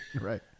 right